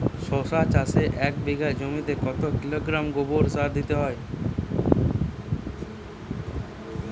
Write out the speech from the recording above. শশা চাষে এক বিঘে জমিতে কত কিলোগ্রাম গোমোর সার দিতে হয়?